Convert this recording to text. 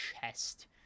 chest